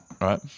right